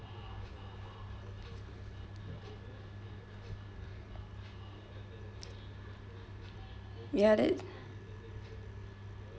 ya that